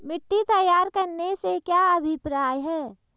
मिट्टी तैयार करने से क्या अभिप्राय है?